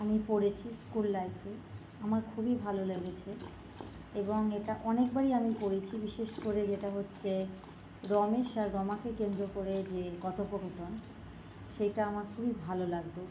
আমি পড়েছি স্কুল লাইফে আমার খুবই ভালো লেগেছে এবং এটা অনেকবারই আমি পড়েছি বিশেষ করে যেটা হচ্ছে রমেশ আর রমাকে কেন্দ্র করে যে কথোপকথন সেটা আমার খুবই ভালো লাগতো